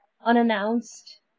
unannounced